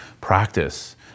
practice